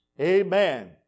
Amen